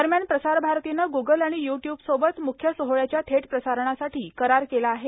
दरम्यान प्रसारभारतीनं गुगल आणि युट्यूबसोबत मुख्य सोहळ्याच्या थेट प्रसारणासाठी करार केला आहे